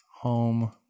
Home